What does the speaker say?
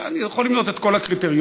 ואני יכול למנות את כל הקריטריונים.